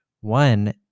One